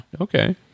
Okay